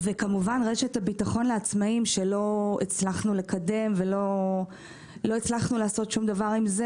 ורשת הביטחון לעצמאיים שלא הצלחנו לקדם ולעשות דבר עם זה,